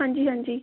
ਹਾਂਜੀ ਹਾਂਜੀ